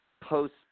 post